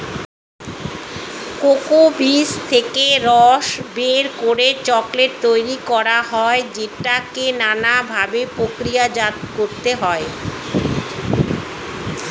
cocoa বীজ থেকে রস বের করে চকোলেট তৈরি করা হয় যেটাকে নানা ভাবে প্রক্রিয়াজাত করতে হয়